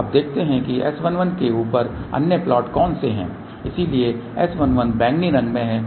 तो अब देखते हैं कि S11 के ऊपर अन्य प्लॉट कौन से हैं इसलिए S11 बैंगनी रंग में है